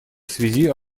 связи